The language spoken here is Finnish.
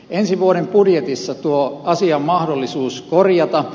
ensi vuoden budjetissa tuo asia on mahdollisuus korjata